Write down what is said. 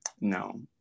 no